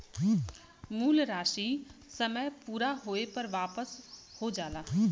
मूल राशी समय पूरा होये पर वापिस हो जाला